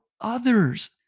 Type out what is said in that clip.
others